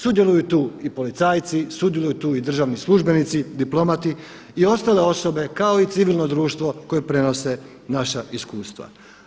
Sudjeluju tu i policajci, sudjeluju tu i državni službenici, diplomati i ostale osobe kao i civilno društvo koje prenose naša iskustva.